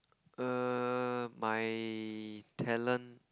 err my talent